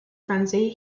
frenzy